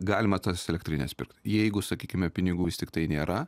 galima tas elektrines pirkt jeigu sakykime pinigų vis tiktai nėra